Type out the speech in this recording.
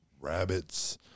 rabbits